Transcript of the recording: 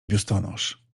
biustonosz